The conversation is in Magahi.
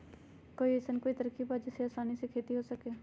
कोई अइसन कोई तरकीब बा जेसे आसानी से खेती हो सके?